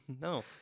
no